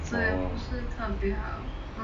orh